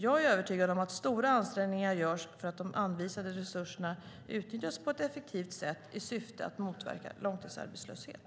Jag är övertygad om att stora ansträngningar görs så att de anvisade resurserna utnyttjas på ett effektivt sätt i syfte att motverka långtidsarbetslöshet.